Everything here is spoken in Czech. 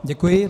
Děkuji.